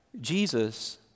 Jesus